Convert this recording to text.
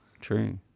True